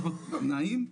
נעים,